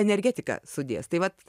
energetiką sudės tai vat